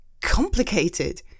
complicated